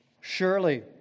Surely